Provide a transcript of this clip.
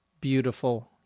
beautiful